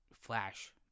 flash